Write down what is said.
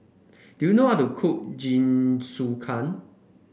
do you know how to cook Jingisukan